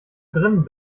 drinnen